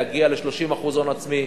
להגיע ל-30% הון עצמי,